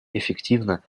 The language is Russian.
эффективно